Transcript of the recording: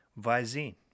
Visine